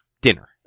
dinner